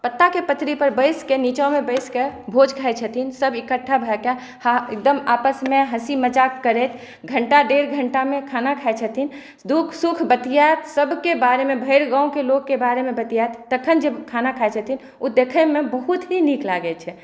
पत्ताकेँ पत्री पर बैसकऽ नीचामे बैसकऽ भोज खाइ छथिन सभ इकठ्ठा भए कऽ हँ एकदम आपसमे हँसी मजाक करैत घण्टा डेढ़ घण्टामे खाना खाइ छथिन दुःख सुख बतिआइत सभकेँ बारेमे भरि गाँवकेँ लोककेँ बारेमे बतिआइत तखन जे खाना खाइ छथिन ओ देखैमे बहुत ही नीक लागै छै